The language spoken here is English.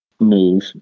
move